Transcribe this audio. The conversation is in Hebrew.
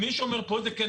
מישהו רימה.